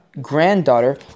granddaughter